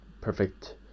perfect